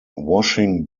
washing